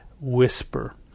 whisper